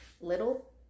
Little